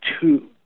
two